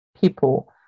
people